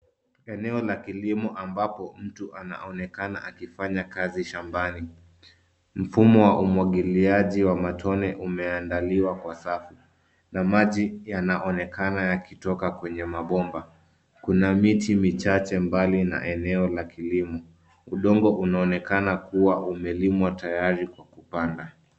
Eneo la kilimo ambapo mtu anaonekana akifanya kazi shambani. Mfumo wa umwagiliaji wa matone umeandaliwa kwa safu na maji yanaonekana yakitoka kwenye mabomba. Kuna miti michache mbali na eneo la kilimo. Udongo unaonekana kuwa umelimwa tayari kwa kupanda.